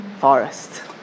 forest